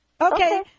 Okay